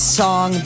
song